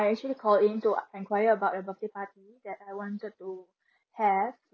I actually called in to enquire about a birthday party I want to have